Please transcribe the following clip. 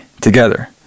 together